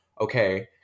okay